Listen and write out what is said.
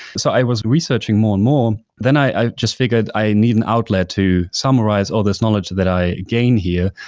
so i was researching more and more, then i just figured i need an outlet to summarize all this knowledge that i gain here,